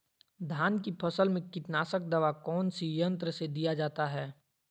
धान की फसल में कीटनाशक दवा कौन सी यंत्र से दिया जाता है?